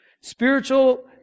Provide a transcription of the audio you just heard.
Spiritual